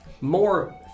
more